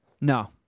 No